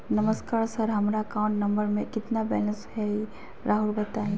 नमस्कार सर हमरा account number में कितना बैलेंस हेई राहुर बताई?